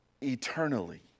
eternally